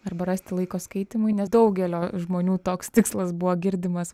arba rasti laiko skaitymui nes daugelio žmonių toks tikslas buvo girdimas